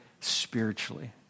spiritually